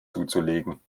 zuzulegen